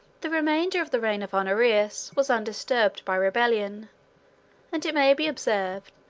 the remainder of the reign of honorius was undisturbed by rebellion and it may be observed,